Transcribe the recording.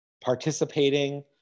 participating